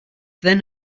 then